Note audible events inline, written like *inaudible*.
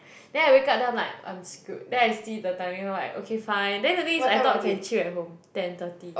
*breath* then I wake up then I'm like I'm screwed then I see the timing like okay fine then I think the thing is I thought can chill at home ten thirty